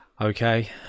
Okay